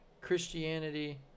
Christianity